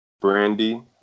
Brandy